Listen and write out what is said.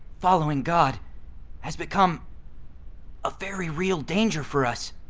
following god has become a very real danger for us.